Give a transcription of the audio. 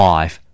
Five